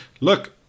look